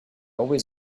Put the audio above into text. always